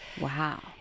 Wow